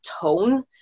tone